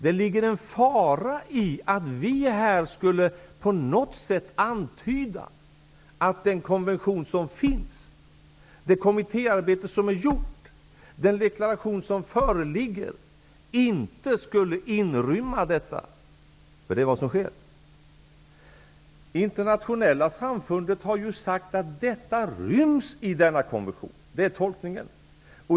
Det ligger en fara i att vi här på något sätt skulle antyda att den konvention som finns, det kommittéarbete som är gjort och den deklaration som föreligger inte skulle inrymma detta. Det är vad som sker. Internationella samfundet har sagt att detta ryms i denna konvention. Det är tolkningen.